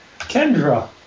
Kendra